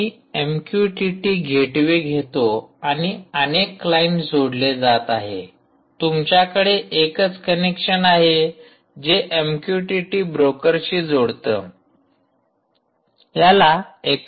मी MQTT gateway घेतो आणि अनेक क्लाईंटस जोडले जात आहे तुमच्याकडे एकच कनेक्शन आहे जे एमक्यूटीटी ब्रोकरशी जोडत याला एकत्रित मोड असे म्हणतात